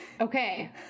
Okay